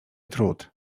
trud